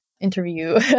interview